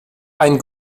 ein